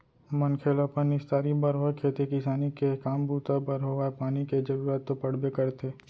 मनखे ल अपन निस्तारी बर होय खेती किसानी के काम बूता बर होवय पानी के जरुरत तो पड़बे करथे